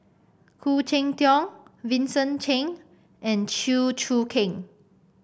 Khoo Cheng Tiong Vincent Cheng and Chew Choo Keng